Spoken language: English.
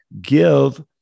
Give